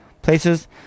Places